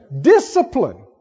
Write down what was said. Discipline